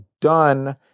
done